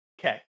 Okay